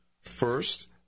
First